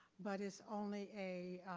but it's only a